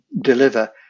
deliver